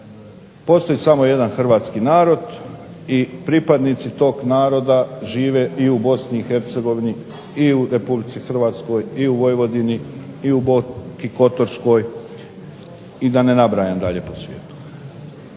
postoji samo jedan hrvatski narod i pripadnici tog naroda žive i u BiH i u RH i u Vojvodini i u Boki Kotorskoj i da ne nabrajam dalje po svijetu,